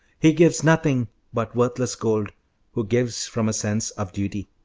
he gives nothing but worthless gold who gives from a sense of duty.